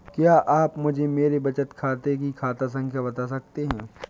क्या आप मुझे मेरे बचत खाते की खाता संख्या बता सकते हैं?